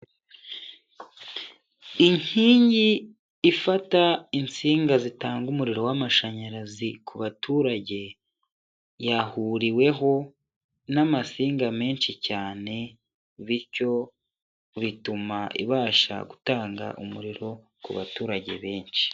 Inkingi ifata insinga zitanga umuriro w'amashanyarazi ku baturage, yahuriweho n'amasinga menshi cyane bityo bituma ibasha gutanga umuriro ku baturage benshi.